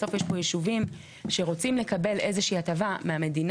בסוף יש פה יישובים שרוצים לקבל איזה שהיא הטבה מהמדינה.